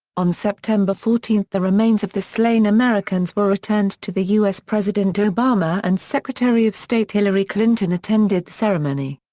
on september fourteen the remains of the slain americans were returned to the u s. president obama and secretary of state hillary clinton attended the ceremony.